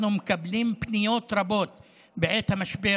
אנחנו מקבלים פניות רבות בעת המשבר